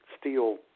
steel